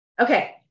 okay